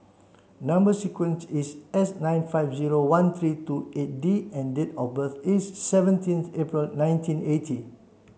number sequence is S nine five zero one three two eight D and date of birth is seventeenth April nineteen eighty